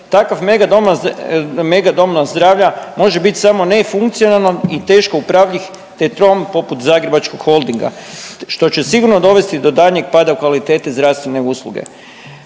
doma, mega doma zdravlja može biti samo nefunkcionalan i teško upravljiv te trom poput zagrebačkog Holdinga što će sigurno dovesti do daljnjeg pada u kvaliteti zdravstvene usluge.